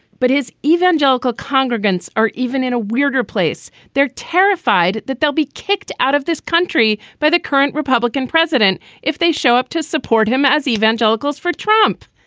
but his evangelical congregants are even in a weirder place. they're terrified that they'll be kicked out of this country by the current republican president if they show up to support him. as evangelicals for trump.